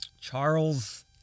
Charles